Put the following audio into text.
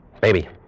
Baby